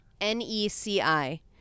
N-E-C-I